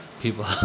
People